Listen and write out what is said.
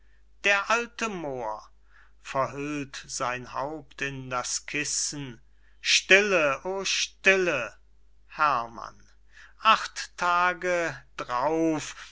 d a moor verhüllt sein haupt in das kissen stille o stille herrmann acht tage d'rauf